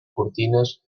cortines